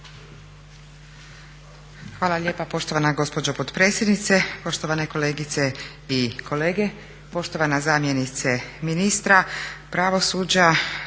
Hvala lijepa poštovana gospođo potpredsjednice, poštovana kolegice i kolege, poštovana zamjenice ministra pravosuđa